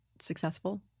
successful